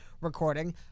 recording